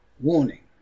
Warning